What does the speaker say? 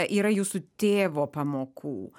yra jūsų tėvo pamokų